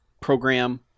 program